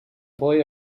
boy